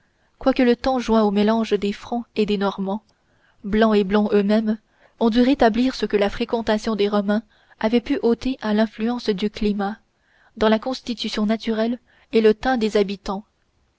quoique le temps joint au mélange des francs et des normands blancs et blonds eux-mêmes eût dû rétablir ce que la fréquentation des romains avait pu ôter à l'influence du climat dans la constitution naturelle et le teint des habitants